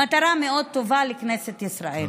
מטרה מאוד טובה לכנסת ישראל.